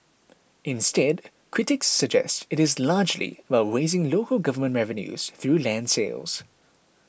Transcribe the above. instead critics suggest it is largely about raising local government revenues through land sales